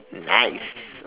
nice